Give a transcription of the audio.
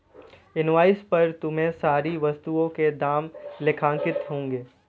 invoice पर तुम्हारे सारी वस्तुओं के दाम लेखांकित होंगे